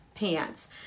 Pants